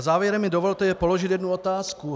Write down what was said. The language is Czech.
Závěrem mi dovolte položit jednu otázku.